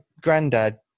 granddad